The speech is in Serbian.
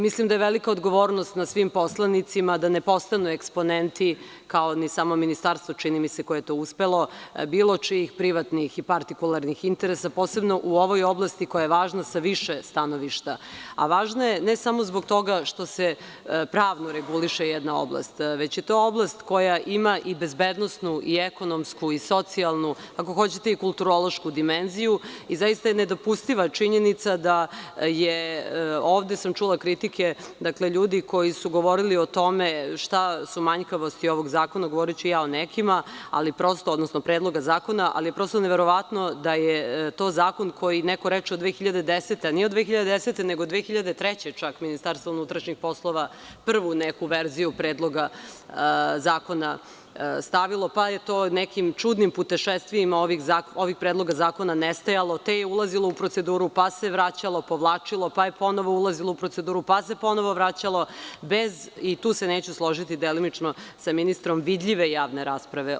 Mislim da je velika odgovornost na svim poslanicima da ne postanu eksponenti, kao ni samo Ministarstvo čini mi se koje je to uspelo, bilo čijih privatnih i partikularnih interesa, posebno u ovoj oblasti koja je važna sa više stanovišta, a važna je ne samo zbog toga što se pravno reguliše jedna oblast, već je to oblast koja ima bezbednosnu i ekonomsku i socijalnu, ako hoćete, i kulturološku dimenziju i zaista je nedopustiva činjenica da je, ovde sam čula kritike ljudi koji su govorili o tome šta su manjkavosti ovog zakona, govoriću i ja o nekim, ali je neverovatno da je to zakon koji je od 2010. godine, ali nije od 2010. nego od 2003. godine kada je MUP prvu neku verziju Predloga zakona stavilo, pa je to nekim čudnim putešestvijama ovih predloga zakona nestajalo, te je ulazilo u proceduru, pa se vraćalo i povlačilo, pa je ponovo ulazilo u proceduru pa se ponovo vraćalo, bez, tu se neću složiti sa ministrom, vidljive javne rasprave.